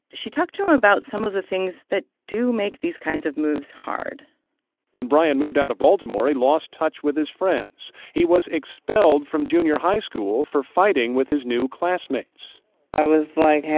she talked to him about some of the things that do make these kinds of moves hard when brian moved out of baltimore, he lost touch with his friends. he was expelled from junior high school for fighting with his new classmates i was like,